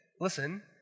listen